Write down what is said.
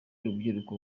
rubyiruko